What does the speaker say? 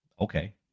Okay